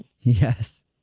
Yes